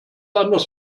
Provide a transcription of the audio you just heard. anders